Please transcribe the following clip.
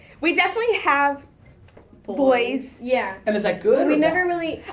we definitely have boys. yeah and is that good? we never really.